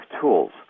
tools